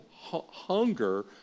hunger